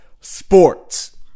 sports